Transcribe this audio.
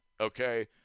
okay